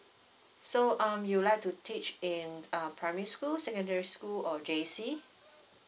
so um you like to teach in uh primary school secondary school or J_C